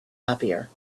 happier